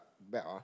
better